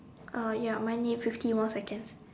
oh ya my need minute fifty more seconds